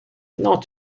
not